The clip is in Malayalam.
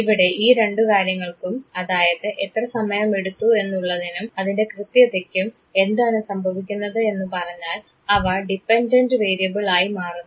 ഇവിടെ ഈ രണ്ട് കാര്യങ്ങൾക്കും അതായത് എത്ര സമയം എടുത്തു എന്നുള്ളതിനും അതിൻറെ കൃത്യതയ്ക്കും എന്താണ് സംഭവിക്കുന്നത് എന്ന് പറഞ്ഞാൽ അവ ഡിപെൻഡൻറ് വേരിയബിൾ ആയി മാറുന്നു